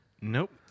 Nope